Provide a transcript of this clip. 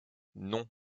non